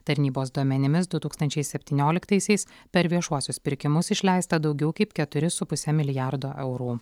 tarnybos duomenimis du tūkstančiai septynioliktaisiais per viešuosius pirkimus išleista daugiau kaip keturi su puse milijardo eurų